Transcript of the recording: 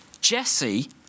Jesse